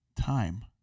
time